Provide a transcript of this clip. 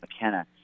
McKenna